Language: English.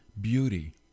beauty